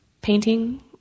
Painting